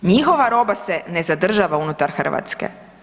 Njihova roba se ne zadržava unutar Hrvatske.